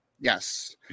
Yes